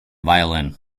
violin